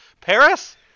Paris